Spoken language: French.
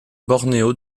bornéo